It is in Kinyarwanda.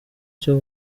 cyo